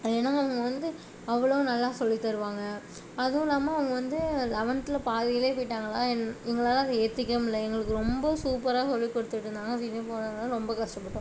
ஏன்னால் அவங்க வந்து அவ்வளோ நல்லா சொல்லி தருவாங்க அதுவும் இல்லாமல் அவங்க வந்து லெவென்த்ல பாதியிலேயே போய்ட்டாங்களா என் எங்களால் அதை ஏற்றுக்கவே முடில்ல எங்களுக்கு ரொம்ப சூப்பராக சொல்லிக் கொடுத்துட்ருந்தாங்க திடீர்னு போனதினால ரொம்ப கஷ்டப்பட்டோம்